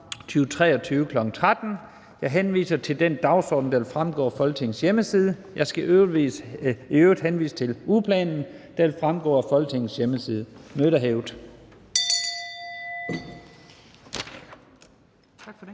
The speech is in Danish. Jeg henviser til den dagsorden, der vil fremgå af Folketingets hjemmeside. Jeg skal i øvrigt henvise til ugeplanen, der også vil fremgå af Folketingets hjemmeside. Mødet er hævet.